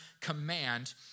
command